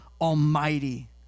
Almighty